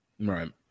right